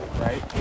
right